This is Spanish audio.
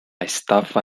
estafa